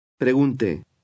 Pregunte